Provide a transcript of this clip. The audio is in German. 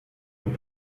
und